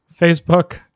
Facebook